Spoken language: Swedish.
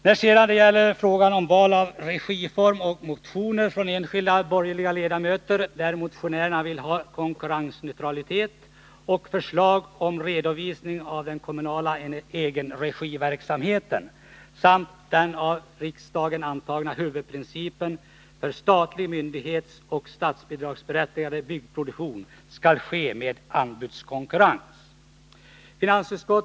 När det sedan gäller frågan om val av regiform, begärs i motioner från enskilda borgerliga ledamöter att vi skall få konkurrensneutralitet och förslag om redovisning av den kommunala egenregiverksamheten. Vidare krävs att den av riksdagen antagna huvudprincipen, att statliga myndigheters och statsbidragsberättigad byggproduktion skall ske med anbudskonkurrens, skall gälla.